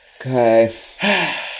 Okay